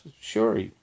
Sure